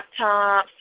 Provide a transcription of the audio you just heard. laptops